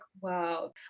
wow